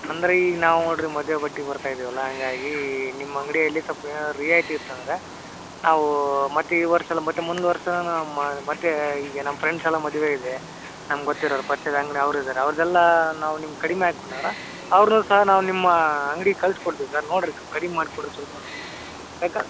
ಅಂದರೆ ಈಗ ನಾವು ನೋಡಿರಿ ಮದುವೆ ಬಟ್ಟಿಗೆ ಬರ್ತಾ ಇದೀವಲ್ಲ ಹಂಗಾಗಿ ನಿಮ್ಮ ಅಂಗಡಿಯಲ್ಲಿ ಸ್ವಲ್ಪ ಏನಾದ್ರೂ ರಿಯಾಯಿತಿ ಇತ್ತಂದರೆ ನಾವು ಮತ್ತೆ ಈ ವರ್ಷ ಅಲ್ಲ ಮತ್ತೆ ಮುಂದೆ ವರ್ಷ ನಮ್ಮ ಮತ್ತೆ ಈಗ ನಮ್ಮ ಫ್ರೆಂಡ್ಸ್ ಎಲ್ಲ ಮದುವೆ ಇದೆ ನಮ್ಗೆ ಗೊತ್ತಿರೋರು ಪರ್ಚ್ಯದ ಅವ್ರಿದಾರೆ ಅವ್ರದ್ದೆಲ್ಲ ನಾವು ನಿಮ್ಗೆ ಕಡಿಮೆ ಹಾಕೊಂಡರ ಅವ್ರನ್ನೂ ಸಹ ನಾವು ನಿಮ್ಮ ಅಂಗ್ಡಿಗೆ ಕಳ್ಸ್ಕೊಡ್ತೀವಿ ಸರ್ ನೋಡಿರಿ ಸ್ವಲ್ಪ ಕಡಿಮೆ ಮಾಡಿಕೊಡ್ರಿ ಸ್ವಲ್ಪ